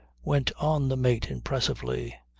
went on the mate impressively.